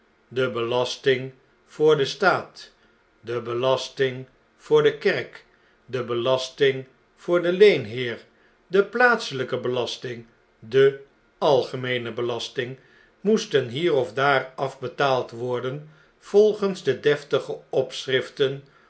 de belasting voor den staat de belasting voor de kerk de belasting voor den leenheer de plaatselijke belasting de algemeene belasting moestenhierof daar afbetaald worden volgens de deftige opschriften